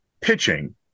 pitching